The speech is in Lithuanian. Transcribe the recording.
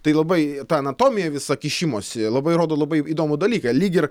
tai labai ta anatomija visa kišimosi labai rodo labai įdomų dalyką lyg ir